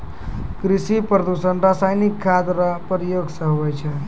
कृषि प्रदूषण रसायनिक खाद रो प्रयोग से हुवै छै